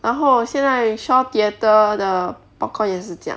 然后现在 shaw theatre 的 popcorn 也是这样